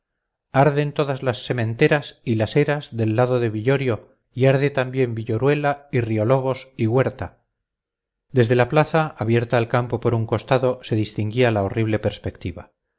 arden todas las sementeras y las eras del lado de villorio y arde también villoruela y riolobos y huerta desde la plaza abierta al campo por un costado se distinguía la horrible perspectiva